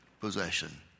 possession